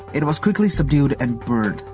it was quickly subdued and burned.